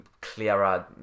clearer